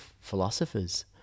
philosophers